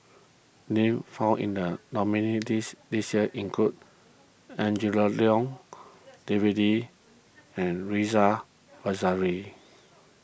names found in the nominees' list this year include Angela Liong David Lee and Ridzwan Dzafir